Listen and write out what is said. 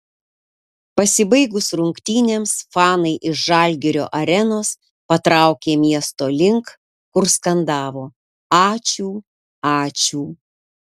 pasibaigus rungtynėms fanai iš žalgirio arenos patraukė miesto link kur skandavo ačiū ačiū